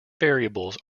variables